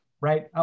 right